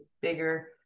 bigger